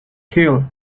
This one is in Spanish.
hill